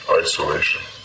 isolation